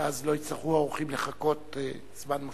ואז לא יצטרכו האורחים לחכות זמן ממושך.